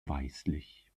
weißlich